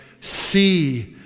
See